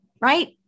right